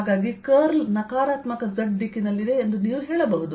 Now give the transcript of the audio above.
ಆದ್ದರಿಂದ ಕರ್ಲ್ ನಕಾರಾತ್ಮಕ z ದಿಕ್ಕಿನಲ್ಲಿದೆ ಎಂದು ನೀವು ಹೇಳಬಹುದು